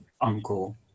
uncle